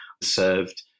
served